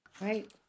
Right